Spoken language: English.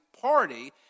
party